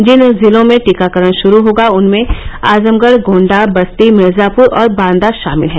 जिन जिलों में टीकाकरण शुरू होगा उनमें आजमगढ़ गोण्डा बस्ती मिर्जापुर और बांदा शामिल हैं